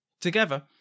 Together